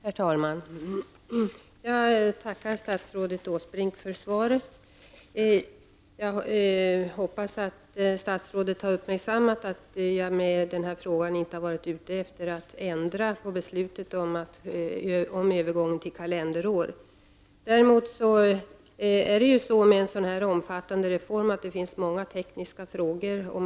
Herr talman! Jag tackar statsrådet Åsbrink för svaret och hoppas att statsrådet har uppmärksammat att jag med min fråga inte har varit ute för att ändra beslutet om övergång till kalenderår. Vid en så omfattande reform som den det nu gäller finns det ju många tekniska problem.